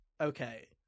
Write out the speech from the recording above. okay